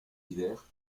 divers